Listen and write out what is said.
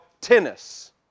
tennis